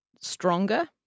stronger